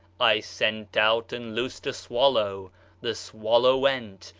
i sent out and loosed a swallow the swallow went,